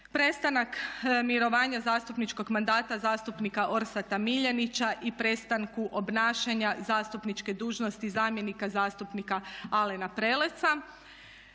Prestanak mirovanja zastupničkog mandata zastupnika Orsata Miljenića i prestanku obnašanja zastupniče dužnosti zamjenika zastupnika Alena Preleca.